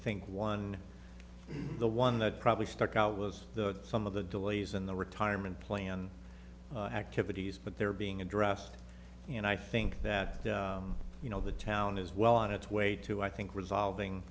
think one the one that probably stuck out was the some of the delays in the retirement plan activities but they're being addressed and i think that you know the town is well on its way to i think resolving